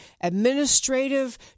administrative